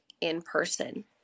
in-person